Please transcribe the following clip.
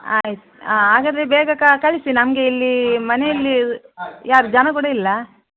ಆಯ್ತು ಹಾಗಾದರೆ ಬೇಗ ಕಳಿಸಿ ನಮಗೆ ಇಲ್ಲಿ ಮನೆಯಲ್ಲಿ ಯಾರು ಜನ ಕೂಡ ಇಲ್ಲ